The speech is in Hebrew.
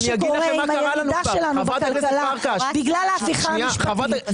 שקורה עם הירידה שלנו בכלכלה בגלל ההפיכה המשפטית,